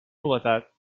novetat